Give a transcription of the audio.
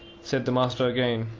said the master again.